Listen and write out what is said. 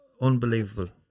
unbelievable